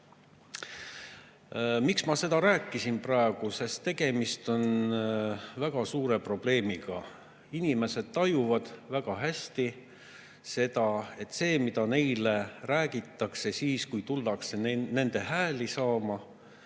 ma seda rääkisin praegu – sest tegemist on väga suure probleemiga. Inimesed tajuvad väga hästi, et see, mida neile räägitakse siis, kui tullakse nende hääli saama,